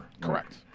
Correct